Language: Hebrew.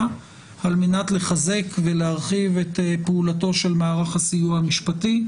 על מנת לחזק ולהרחיב את פעולתו של מערך הסיוע המשפטי.